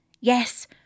Yes